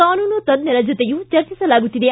ಕಾನೂನು ತಜ್ಞರ ಜೊತೆಯೂ ಚರ್ಚಿಸಲಾಗುತ್ತಿದೆ